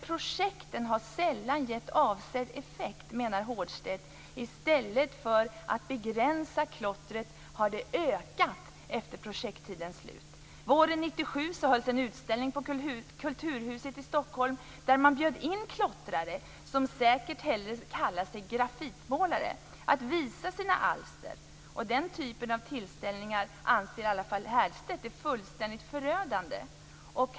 Projekten har dock sällan givit avsedd effekt, menar Hårdstedt. I stället för att klottret begränsats har det ökat efter projekttidens slut. Våren 1997 hölls en utställning på Kulturhuset i Stockholm där man bjöd in klottrare, som säkert hellre säkert kallar sig grafittimålare, att visa sina alster. De typen av tillställningar anser i alla fall Hårdstedt vara fullständigt förödande.